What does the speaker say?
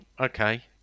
okay